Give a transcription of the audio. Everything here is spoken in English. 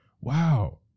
Wow